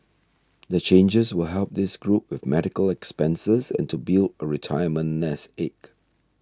the changes will help this group with medical expenses and to build a retirement nest egg